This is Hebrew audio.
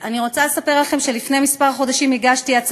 אני רוצה לספר לכם שלפני כמה חודשים הגשתי